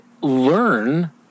learn